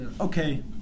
Okay